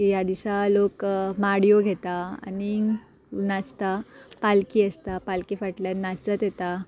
की ह्या दिसा लोक माडयो घेता आनींक नाचता पालकी आसता पालकी फाटल्यान नाचत येता